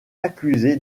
accusé